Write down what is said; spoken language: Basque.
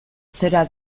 zera